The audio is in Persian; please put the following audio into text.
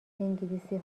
انگلیسی